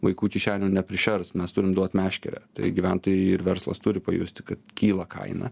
vaikų kišenių neprišers mes turim duot meškerę tai gyventojai ir verslas turi pajusti kad kyla kaina